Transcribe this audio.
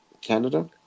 canada